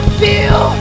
feel